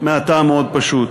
מהטעם המאוד-פשוט: